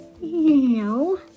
No